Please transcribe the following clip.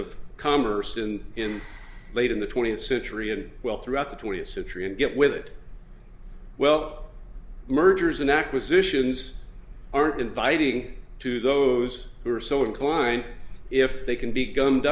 of commerce and in late in the twentieth century and well throughout the twentieth century and get with it well mergers and acquisitions are inviting to those who are so inclined if they can be gummed